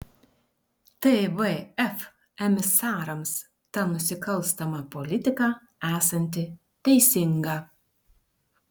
tvf emisarams ta nusikalstama politika esanti teisinga